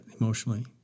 emotionally